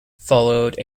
followed